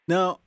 Now